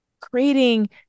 creating